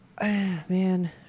Man